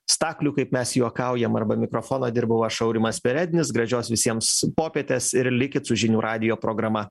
staklių kaip mes juokaujam arba mikrofono dirbau aš aurimas perednis gražios visiems popietės ir likit su žinių radijo programa